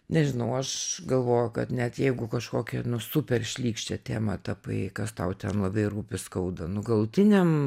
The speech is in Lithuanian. nežinau aš galvoju kad net jeigu kažkokią nu super šlykščią temą tapai kas tau ten labai rūpi skauda nu galutiniam